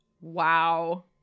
Wow